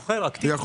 הוא יכול.